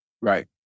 Right